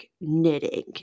knitting